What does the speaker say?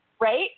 right